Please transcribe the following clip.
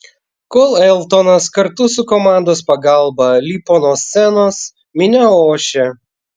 kol eltonas kartu su komandos pagalba lipo nuo scenos minia ošė